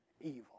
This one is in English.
evil